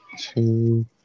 two